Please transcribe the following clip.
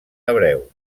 hebreu